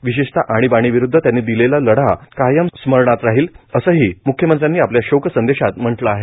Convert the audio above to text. विशेषत आणीबाणीविरुद्ध त्यांनी दिलेला लढा कायम स्मरणात राहील असंही म्ख्यमंत्र्यांनी आपल्या शोकसंदेशात म्हटलं आहे